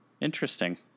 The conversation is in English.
Interesting